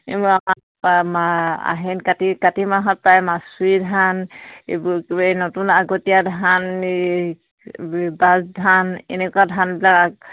ম আহিন কাতি কাতি মাহত প্ৰায় মাছৰি ধান এইবোৰ এই নতুন আগতীয়া ধান এই বাঁচ ধান এনেকুৱা ধানবিলাক আ